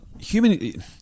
human